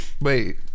wait